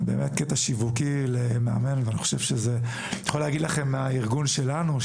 אני יכול להגיד לכם מהארגון שלנו,